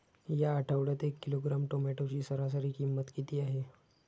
या आठवड्यात एक किलोग्रॅम टोमॅटोची सरासरी किंमत किती आहे?